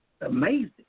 Amazing